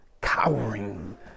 cowering